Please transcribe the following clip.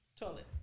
toilet